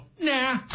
nah